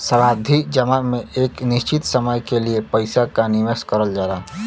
सावधि जमा में एक निश्चित समय के लिए पइसा क निवेश करल जाला